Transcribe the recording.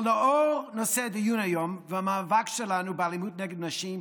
אבל לאור נושא הדיון היום והמאבק שלנו באלימות נגד נשים,